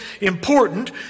important